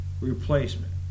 Replacement